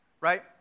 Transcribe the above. right